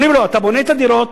אומרים לו: אתה בונה את הדירות,